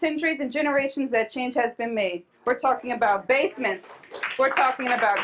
centuries and generations that change has been made we're talking about basements we're talking about